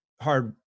hard